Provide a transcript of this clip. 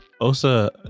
Osa